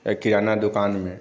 किराना दोकानमे